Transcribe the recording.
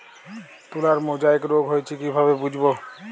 তুলার মোজাইক রোগ হয়েছে কিভাবে বুঝবো?